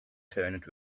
trained